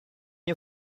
you